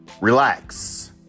relax